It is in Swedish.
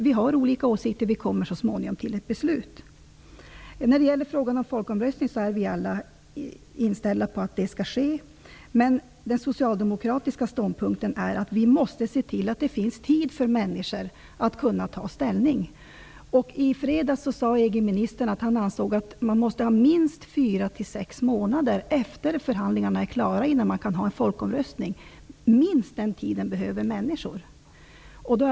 Vi har olika åsikter, och vi kommer så småningom fram till ett beslut. Vi är alla inställda på att en folkomröstning skall äga rum, men den socialdemokratiska ståndpunkten är att vi måste se till att det finns tid för människor att kunna ta ställning. I fredags sade EG-ministern att han ansåg att det måste gå minst fyra--sex månader efter det att förhandlingarna är klara innan vi kan ha en folkomröstning. Människor behöver minst så lång tid.